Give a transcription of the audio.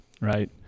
right